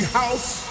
house